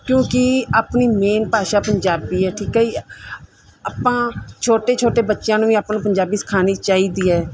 ਕਿਉਂਕਿ ਆਪਣੀ ਮੇਨ ਭਾਸ਼ਾ ਪੰਜਾਬੀ ਹੈ ਠੀਕ ਹੈ ਜੀ ਆਪਾਂ ਛੋਟੇ ਛੋਟੇ ਬੱਚਿਆਂ ਨੂੰ ਵੀ ਆਪਾਂ ਨੂੰ ਪੰਜਾਬੀ ਸਿਖਾਉਣੀ ਚਾਹੀਦੀ ਹੈ